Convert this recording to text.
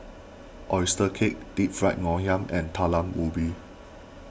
Oyster Cake Deep Fried Ngoh Hiang and Talam Ubi